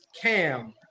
Cam